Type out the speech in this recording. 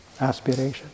aspiration